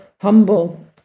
humble